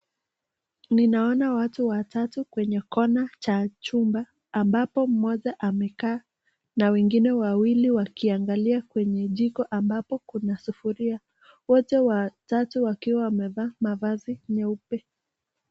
Ninaona watu watatu kwenye kona cha chumba ambapo mmoja amekaa na wengine wawili wakiangalia kwenye jiko ambapo kuna sufuria wote watatu wakiwa wamevaa mavazi nyeupe.